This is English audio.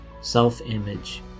self-image